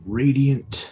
radiant